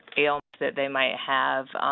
ailments that they might have.